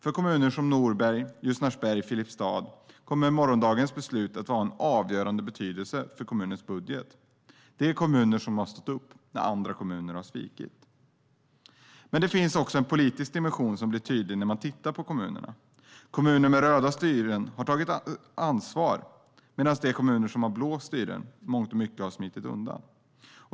För kommuner som Norberg, Ljusnarsberg och Filipstad kommer morgondagens beslut att ha en avgörande betydelse för kommunens budget. De är kommuner som har stått upp när andra kommuner har svikit. Men det finns också en politisk dimension som blir tydlig när man tittar på kommunerna. Kommuner som har röda styren har tagit ansvar, medan de kommuner som har blå styren i mångt och mycket har smitit undan.